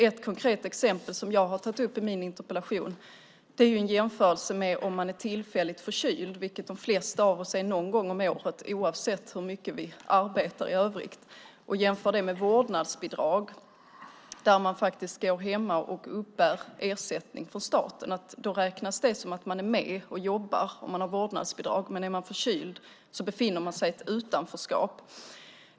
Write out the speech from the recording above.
Ett konkret exempel som jag har tagit upp i min interpellation är om man tillfälligt är förkyld, vilket de flesta av oss är någon gång om året oavsett hur mycket vi arbetar i övrigt. Man jämför det med vårdnadsbidrag då man är hemma och uppbär ersättning från staten. Det räknas som att man är med och jobbar när man uppbär vårdnadsbidrag, men är man förkyld befinner man sig i ett utanförskap.